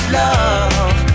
love